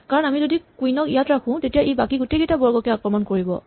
কাৰণ আমি যদি কুইন ক ইয়াত ৰাখো তেতিয়া ই বাকী গোটেইকেইটা বৰ্গকে আক্ৰমণ কৰিব পাৰিব